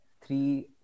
three